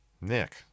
nick